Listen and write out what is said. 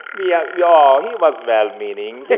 yeah yeah oh, he was well meaning.